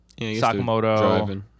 Sakamoto